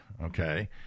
Okay